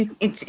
it's,